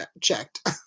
checked